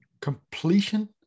completion